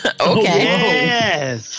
Okay